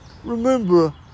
Remember